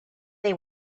they